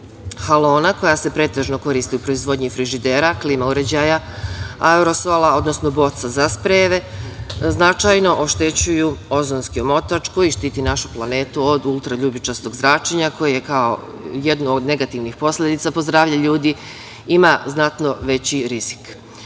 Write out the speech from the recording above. halona koja se pretežno koriste u proizvodnji frižidera, klima uređaja, aerosola, odnosno boca za sprejeve, značajno oštećuju ozonski omotač koji štiti našu planetu od ultra ljubičastog zračenja koje je kao jedno od negativnih posledica po zdravlje ljudi, ima znatno veći rizik. Pre